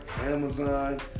Amazon